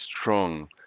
strong